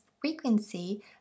frequency